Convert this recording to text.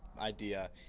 idea